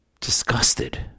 disgusted